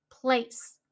place